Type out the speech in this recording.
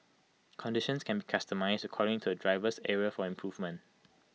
conditions can be customised according to A driver's area for improvement